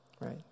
Right